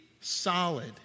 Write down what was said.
solid